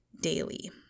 daily